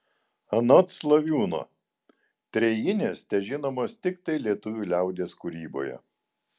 anot slaviūno trejinės težinomos tiktai lietuvių liaudies kūryboje